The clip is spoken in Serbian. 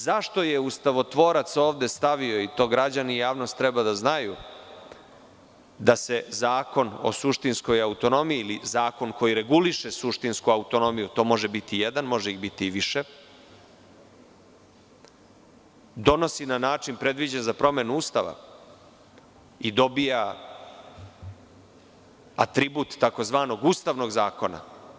Zašto je ustavotvorac ovde stavio, i to građani i javnost treba da znaju, da se Zakon o suštinskoj autonomiji ili zakon koji reguliše suštinsku autonomiju, to može biti jedan, može ih biti više, donosi na način predviđen za promenu Ustava i dobija atribut tzv. ustavnog zakona?